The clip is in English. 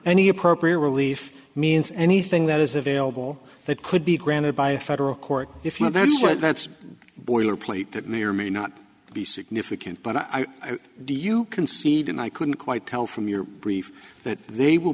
any appropriate relief means anything that is available that could be granted by a federal court if that's what that's boilerplate that may or may not be significant but i do you concede and i couldn't quite tell from your brief that they will